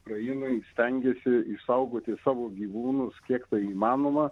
ukrainoj stengiasi išsaugoti savo gyvūnus kiek tai įmanoma